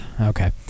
okay